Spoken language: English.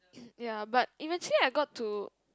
ya but eventually I got to